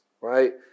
right